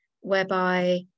whereby